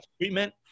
treatment